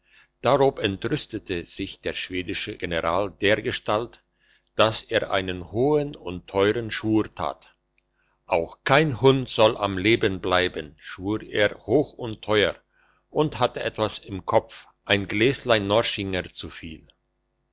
darob entrüstete sich der schwedische general dergestalt dass er einen hohen und teuren schwur tat auch kein hund soll am leben bleiben schwur er hoch und teuer und hatte etwas im kopf ein gläslein norschinger zuviel